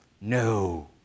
No